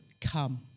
come